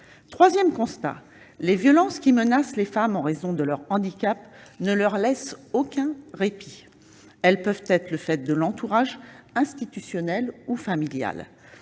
troisième constat est que les violences qui menacent les femmes en raison de leur handicap ne leur laissent aucun répit. Elles peuvent être le fait de l'entourage institutionnel ou familial.